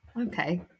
Okay